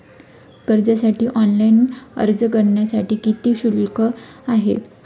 कर्जासाठी ऑनलाइन अर्ज करण्यासाठी किती शुल्क आहे?